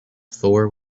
floor